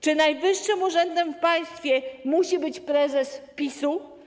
Czy najwyższym urzędem w państwie musi być prezes PiS-u?